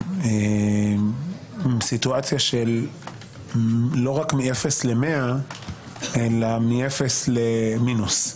סיטואציה שלא רק מאפס ל-100 אלא מאפס למינוס.